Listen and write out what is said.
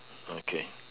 okay